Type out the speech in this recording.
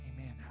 Amen